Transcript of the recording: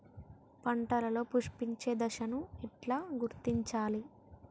పంటలలో పుష్పించే దశను ఎట్లా గుర్తించాలి?